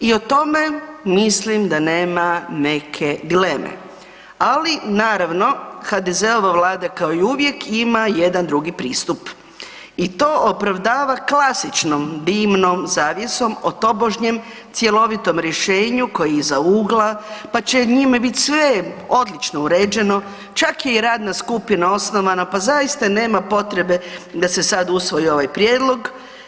I o tome mislim da nema neke dileme ali naravno, HDZ-ova Vlada kao i uvijek ima jedan drugi pristup i to opravdava klasičnom, dimnom zavjesom o tobožnjem cjelovitom rješenju koji je iza ugla pa će njime biti sve odlično uređeno, čak je i radna skupina osnovana, pa zaista nema potrebe da se sad usvoji ovaj prijedlog.